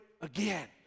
again